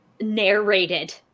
narrated